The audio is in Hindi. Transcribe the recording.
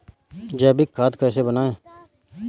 जैविक खाद कैसे बनाएँ?